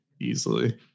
easily